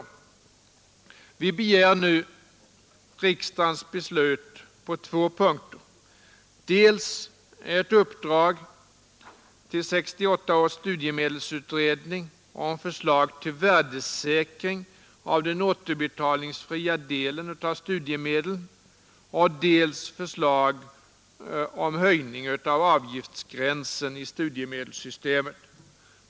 —-Ä Vi begär riksdagens beslut på två punkter: dels ett uppdrag till 1968 studiemedelsutredning får ett material som underlag för en omfattande reformering av systemet. Jag skall därför nu begränsa mig till ett par i studiemedelssystemet.